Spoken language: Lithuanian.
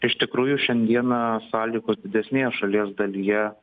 iš tikrųjų šiandieną sąlygos didesnėje šalies dalyje